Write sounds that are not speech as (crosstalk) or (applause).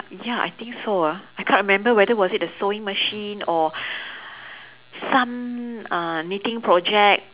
uh ya I think so ah I can't remember whether was it a sewing machine or (breath) some uh knitting project